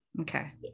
Okay